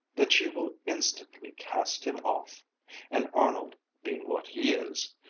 that she will instantly cast him off and arnold being what he is,